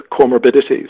comorbidities